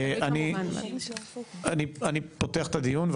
אני פותח את הדיון,